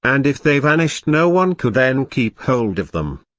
and if they vanished no one could then keep hold of them.